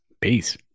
Peace